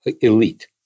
elite